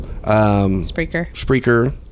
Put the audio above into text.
Spreaker